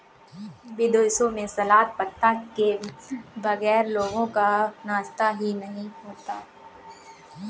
विदेशों में सलाद पत्ता के बगैर लोगों का नाश्ता ही नहीं होता